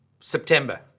September